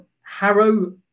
harrow